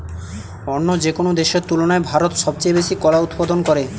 অন্য যেকোনো দেশের তুলনায় ভারত সবচেয়ে বেশি কলা উৎপাদন করে